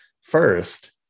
first